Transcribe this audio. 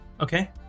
Okay